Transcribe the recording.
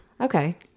okay